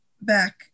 back